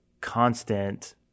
constant